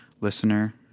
listener